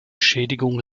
schädigung